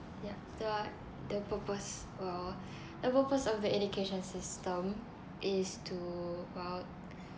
yeah tho~ the purpose or the purpose of the education system is to well